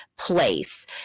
place